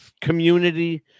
community